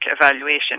evaluation